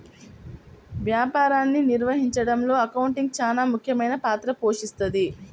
వ్యాపారాన్ని నిర్వహించడంలో అకౌంటింగ్ చానా ముఖ్యమైన పాత్ర పోషిస్తది